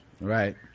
Right